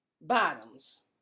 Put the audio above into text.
bottoms